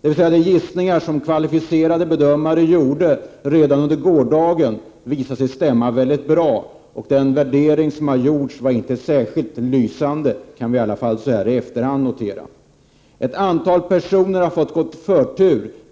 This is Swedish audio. De gissningar som kvalificerade bedömare gjorde redan under gårdagen visade sig således stämma mycket bra, och att den värdering som har gjorts var inte särskilt lysande kan vi i alla fall så här i efterhand konstatera. Ett antal personer har fått förtur.